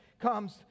comes